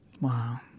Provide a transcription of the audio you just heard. Wow